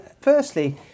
firstly